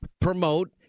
promote